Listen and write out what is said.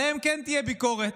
עליהם כן תהיה ביקורת.